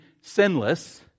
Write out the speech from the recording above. sinless